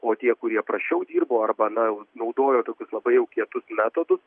o tie kurie prasčiau dirbo arba na naudojo tokius labai jau kietus metodus